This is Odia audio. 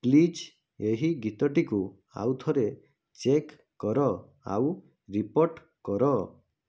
ପ୍ଳିଜ୍ ଏହି ଗୀତଟିକୁ ଆଉ ଥରେ ଚେକ୍ କର ଆଉ ରିପୋର୍ଟ କର